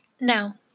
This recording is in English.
Now